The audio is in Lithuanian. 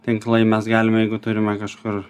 tinklai mes galime jeigu turime kažkur